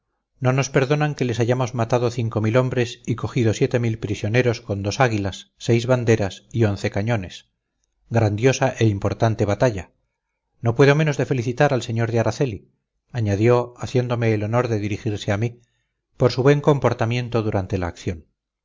no nos perdonan que les hayamos matado cinco mil hombres y cogido siete mil prisioneros con dos águilas seis banderas y once cañones grandiosa e importante batalla no puedo menos de felicitar al sr de araceli añadió haciéndome el honor de dirigirse a mí por su buen comportamiento durante la acción